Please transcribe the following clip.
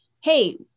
Hey